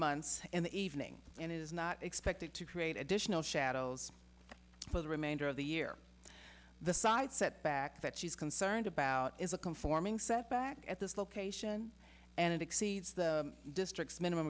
months in the evening and it is not expected to create additional shadows for the remainder of the year the side set back that she's concerned about is a conforming set back at this location and it exceeds the district's minimum